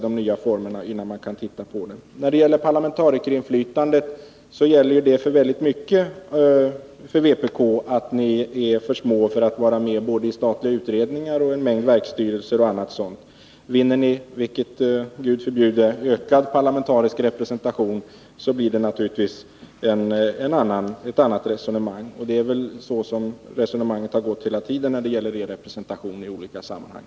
Beträffande parlamentarikerinflytandet är det ju i många sammanhang så att vpk är för litet för att bli representerat — det gäller både statliga utredningar, en mängd verksstyrelser och liknande. Vinner ni, vilket Gud förbjude, ökad parlamentarisk representation blir det naturligtvis ett annat förhållande. Det är väl så som resonemanget har gått hela tiden när det gällt er representation i olika sammanhang.